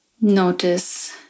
Notice